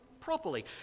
properly